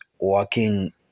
working